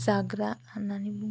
जाग्रा होननानै बुंब्ला